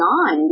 on